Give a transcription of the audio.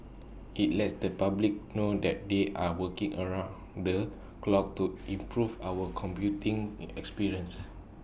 IT lets the public know that they are working around the clock to improve our commuting experience